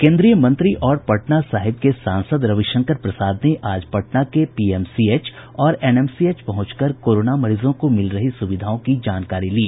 केन्द्रीय मंत्री और पटना साहिब के सांसद रविशंकर प्रसाद ने आज पटना के पीएमसीएच और एनएमसीएच पहुंचकर कोरोना मरीजों को मिल रही सुविधाओं की जानकारी ली